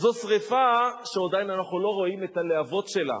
זו שרפה שעדיין אנחנו לא רואים את הלהבות שלה,